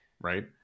right